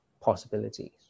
possibilities